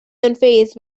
unfazed